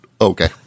Okay